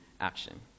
action